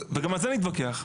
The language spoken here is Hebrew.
וגם על זה נתווכח.